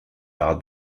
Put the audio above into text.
par